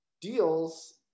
deals